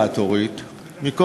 הרגולטורית הייתה יכולה,